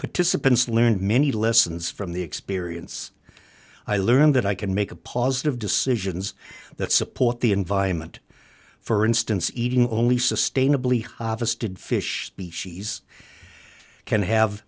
participants learned many lessons from the experience i learned that i can make a positive decisions that support the environment for instance eating only sustainably harvested fish species can have